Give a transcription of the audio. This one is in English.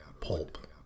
pulp